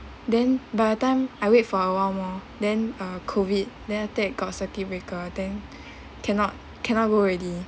then by the time I wait for a while more than uh COVID then after that got circuit breaker then cannot cannot go already